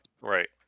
Right